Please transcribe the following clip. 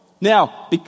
Now